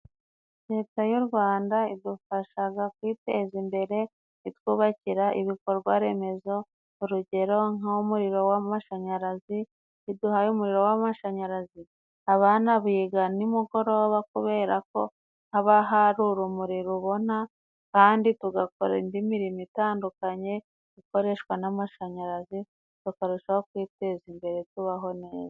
Leta y'u Rwanda idufasha kwiteza imbere, itwubakira ibikorwa remezo urugero nk'umuriro w'amashanyarazi, iyo iduhaye umuriro w'amashanyarazi abana biga nimugoroba, kubera ko haba hari urumuri rubona, kandi tugakora indi mirimo itandukanye ikoreshwa n'amashanyarazi, tukarushaho kwiteza imbere tubaho neza.